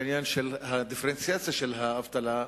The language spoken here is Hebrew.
בעניין הדיפרנציאציה של האבטלה.